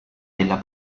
della